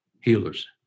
healers